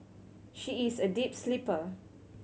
she is a deep sleeper